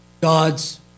God's